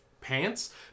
pants